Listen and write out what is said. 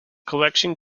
collection